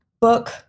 book